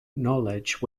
knowledge